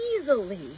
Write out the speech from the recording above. Easily